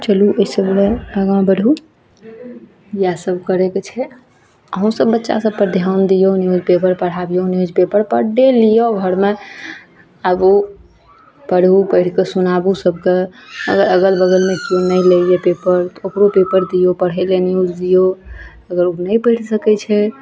चलु अइ सबमे आगा बढ़ु इएह सब करयके छै अहुँ सब बच्चा सबपर ध्यान दियौ न्यूज पेपर पढ़ाबियौ न्यूज पेपर पर डे लिअ घरमे आबु पढ़ु पढ़ि कऽ सुनाबु सबके अगर अगल बगलमे केओ नहि लइए पेपर ओकरो पेपर दियौ पढ़य लए न्यूज दियौ अगर नहि पढ़ि सकय छै